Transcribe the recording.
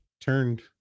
turned